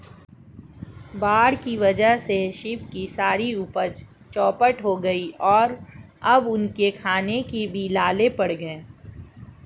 बाढ़ के वजह से शिव की सारी उपज चौपट हो गई और अब उनके खाने के भी लाले पड़ गए हैं